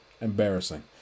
Embarrassing